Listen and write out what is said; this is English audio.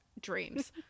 dreams